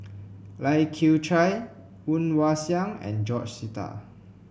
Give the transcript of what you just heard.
Lai Kew Chai Woon Wah Siang and George Sita